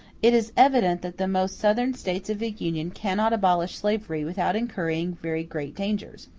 it is evident that the most southern states of the union cannot abolish slavery without incurring very great dangers,